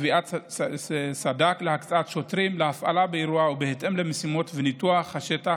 קביעת סד"כ להקצאת שוטרים להפעלה באירוע בהתאם למשימות ולניתוח השטח,